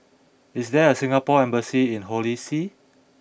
is there a Singapore embassy in Holy See